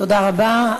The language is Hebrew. תודה רבה.